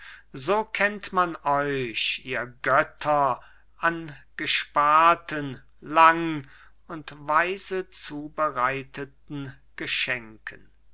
so kennt man euch ihr götter an gesparten lang und weise zubereiteten geschenken